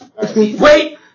Wait